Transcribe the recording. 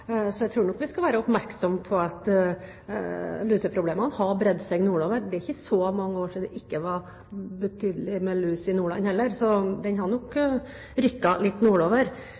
vi skal være oppmerksomme på at luseproblemene har bredt seg nordover. Det er ikke så mange år siden det var ubetydelig med lus i Nordland, så den har nok rykket litt nordover.